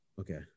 Okay